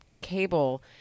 cable